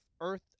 Earth